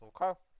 Okay